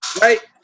Right